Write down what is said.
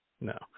No